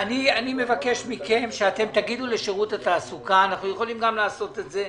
אני מבקש מכם שאתם תגידו לשירות התעסוקה אנחנו יכולים גם לעשות את זה,